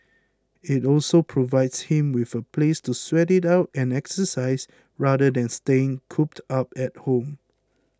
it also provides him with a place to sweat it out and exercise rather than staying cooped up at home